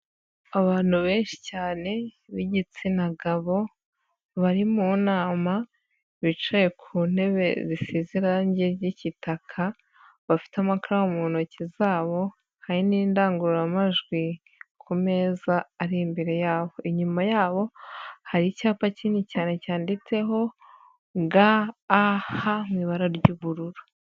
Abantu benshi cyane bigitsina gabo bari mu nama bicaye ku ntebe zisize irange ry'igitaka, bafite amakara mu ntoki zabo, hari n'indangururamajwi ku meza ari imbere yabo, inyuma yabo hari icyapa kinini cyane cyanditseho, ga, a, ha, mu ibara ry'ubururu.